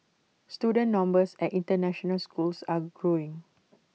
student numbers at International schools are growing